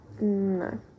No